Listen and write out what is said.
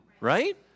right